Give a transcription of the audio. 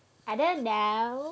I don't know